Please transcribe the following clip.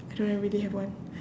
I don't really have one